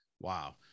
wow